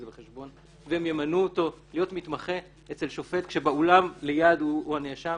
זה בחשבון והם ימנו אותו להיות מתמחה אצל שופט כשבאולם הסמוך הוא הנאשם?